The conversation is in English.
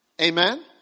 amen